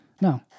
no